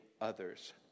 others